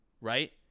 right